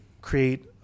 create